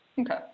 okay